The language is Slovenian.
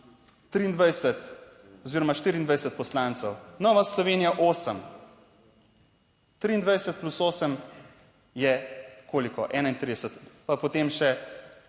23 oziroma 24 poslancev, Nova Slovenija 8. 23 plus 8 je koliko? 31 pa potem še